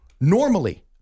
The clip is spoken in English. Normally